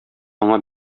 аңа